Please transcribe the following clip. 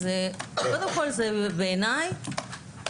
זה אולי מפעל הציונות הגדול ביותר שהיה בהיסטוריה,